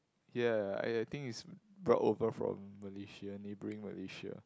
here !aiya! I think is brought over from Malaysia neighboring Malaysia